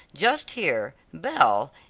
just here, belle,